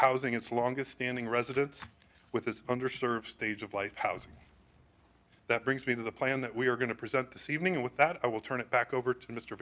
housing its longest standing residents with the under served stage of life housing that brings me to the plan that we are going to present this evening with that i will turn it back over to mr